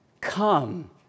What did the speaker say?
come